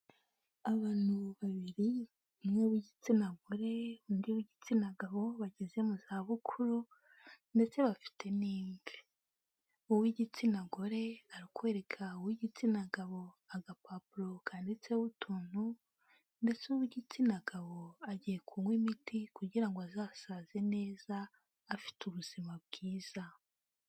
Abantu babiri umwe w''igitsina gore undi w'igitsina gabo bageze mu za bukuru ndetse bafite n'imvi, uw'igitsina gore ari kwereka uw'igitsina gabo agapapuro kanditseho utuntu, ndetse uw'igitsina gabo agiye kunywa imiti kugira ngo azasaze neza afite ubuzima bwiza.